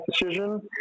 decision